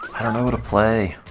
don't know what to play,